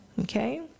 okay